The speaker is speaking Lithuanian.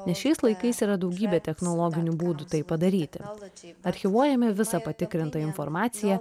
nes šiais laikais yra daugybė technologinių būdų tai padaryti archyvuojame visą patikrintą informaciją